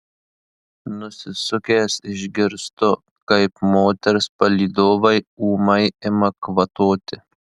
nusisukęs išgirstu kaip moters palydovai ūmai ima kvatoti